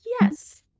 yes